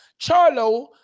Charlo